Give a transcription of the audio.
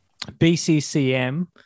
BCCM